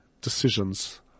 decisions